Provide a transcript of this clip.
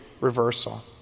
reversal